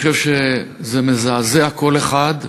אני חושב שזה מזעזע כל אחד.